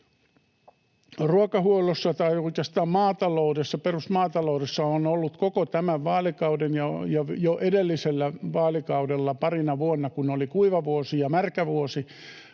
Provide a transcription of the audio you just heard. Ruokahuollossa tai oikeastaan perusmaataloudessa on ollut koko tämän vaalikauden ja jo edellisellä vaalikaudella parina vuonna, kun oli kuiva vuosi ja märkä vuosi,